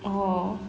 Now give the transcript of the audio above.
oh